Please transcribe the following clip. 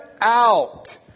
out